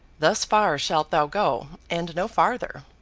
thus far shalt thou go, and no farther